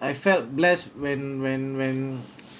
I felt blessed when when when